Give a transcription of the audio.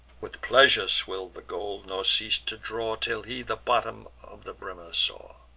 with pleasure swill'd the gold, nor ceas'd to draw, till he the bottom of the brimmer saw.